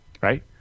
Right